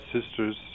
sisters